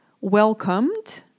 welcomed